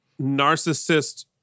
narcissist